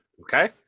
okay